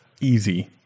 easy